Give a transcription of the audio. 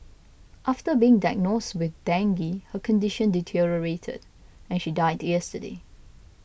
after being diagnosed with dengue her condition deteriorated and she died yesterday